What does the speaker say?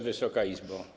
Wysoka Izbo!